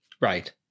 Right